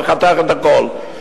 וחתך את הכול.